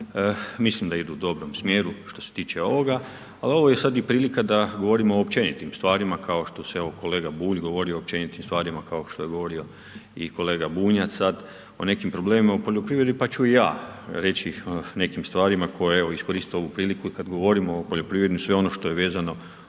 Mislim da idu u dobrom smjeru što se tiče ovoga, ali ovo je sada i prilika da govorimo o općenitim stvarima, kao što se evo, kolega Bulj govori o općenitim stvarima, kao što je govorio i kolega Bunjac, sada, o nekim problemima u poljoprivredi, pa ću i ja reći o nekim stvarima, koje bi iskoristio ovu priliku, kada govorimo o poljoprivredi i sve ono što je vezano